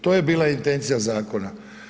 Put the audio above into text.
To je bila intencija zakona.